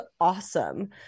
awesome